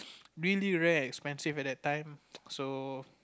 really very expensive at that time so